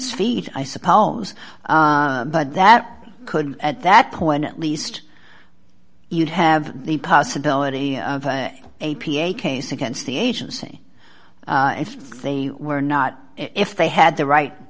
feet i suppose but that could at that point at least you'd have the possibility of an a p a case against the agency if they were not if they had the right